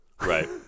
Right